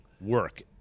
work